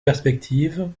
perspective